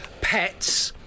pets